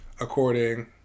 according